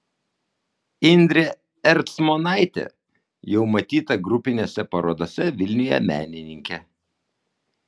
indrė ercmonaitė jau matyta grupinėse parodose vilniuje menininkė